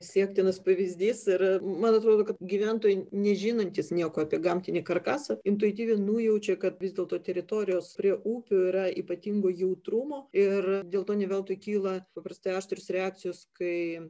siektinas pavyzdys ir man atrodo kad gyventojai nežinantys nieko apie gamtinį karkasą intuityviai nujaučia kad vis dėlto teritorijos prie upių yra ypatingo jautrumo ir dėl to ne veltui kyla paprastai aštrios reakcijos kai